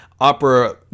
Opera